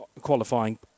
qualifying